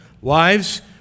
Wives